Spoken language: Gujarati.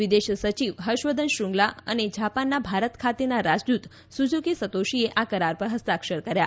વિદેશ સચિવ હર્ષવર્ધન શૃંગલા અને જાપાનના ભારત ખાતેના રાજદૂત સુઝુકી સતોષીએ આ કરાર પર હસ્તાક્ષર કર્યા